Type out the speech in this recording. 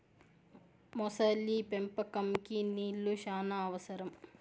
మొసలి పెంపకంకి నీళ్లు శ్యానా అవసరం